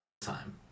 time